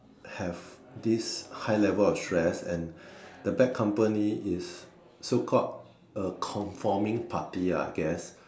have this high level of stress and the bad company is so called a conforming party I guess